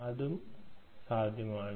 അതും സാധ്യമാണ്